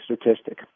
statistic